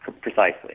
precisely